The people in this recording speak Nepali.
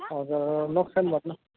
हजुर नोकसान भयो नि